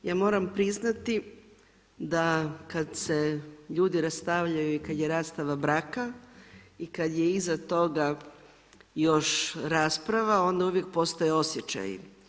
Ja moram priznati da kad se ljudi rastavljaju i kad je rastava braka i kad je iza toga još rasprava, onda uvijek postoje osjećaji.